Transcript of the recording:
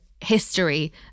history